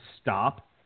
stop